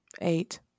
Eight